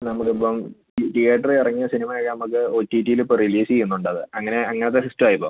നമുക്കിപ്പം തീയേറ്റർ ഇറങ്ങിയ സിനിമ നമുക്ക് ഒ ടി ടിയിൽ ഇപ്പോൾ റിലീസ് ചെയ്യുന്നുണ്ടത് അങ്ങനെ അങ്ങനത്തെ സിസ്റ്റം ആണ് ഇപ്പോൾ